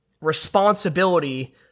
responsibility